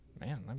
Man